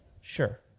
Sure